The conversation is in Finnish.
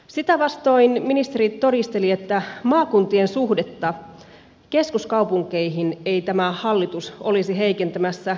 sitä vastoin ministeri todisteli että maakuntien suhdetta keskuskaupunkeihin ei tämä hallitus olisi heikentämässä